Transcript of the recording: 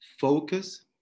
focus